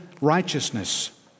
righteousness